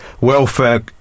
Welfare